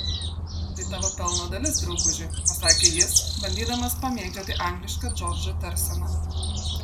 tai tavo pelno dalis drauguži pasakė jis bandydamas pamėgdžioti anglišką džordžo tarseną